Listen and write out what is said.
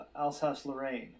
Alsace-Lorraine